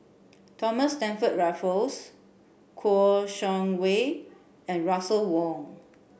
Thomas Stamford Raffles Kouo Shang Wei and Russel Wong